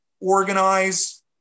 organize